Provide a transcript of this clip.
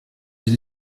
les